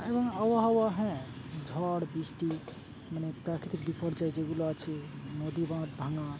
এবং আবহাওয়া হ্যাঁ ঝড় বৃষ্টি মানে প্রাকৃতিক বিপর্যয় যেগুলো আছে নদী বাঁধ ভাঙা